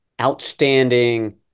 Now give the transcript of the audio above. outstanding